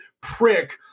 prick